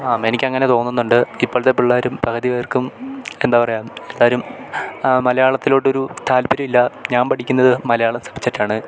ആ എനിക്കങ്ങനെ തോന്നുന്നുണ്ട് ഇപ്പോഴത്തെ പിള്ളേരും പകുതി പേർക്കും എന്താ പറയുക എല്ലാവരും മലയാളത്തിലോട്ടൊരു താല്പര്യമില്ല ഞാൻ പഠിക്കുന്നത് മലയാളം സബ്ജക്റ്റാണ്